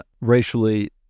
racially